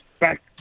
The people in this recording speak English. back